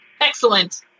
Excellent